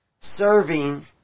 serving